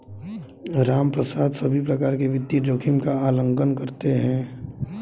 रामप्रसाद सभी प्रकार के वित्तीय जोखिम का आंकलन कर लिए है